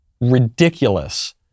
ridiculous